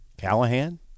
Callahan